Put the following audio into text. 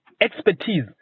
expertise